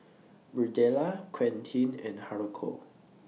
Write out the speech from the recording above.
Birdella Quentin and Haruko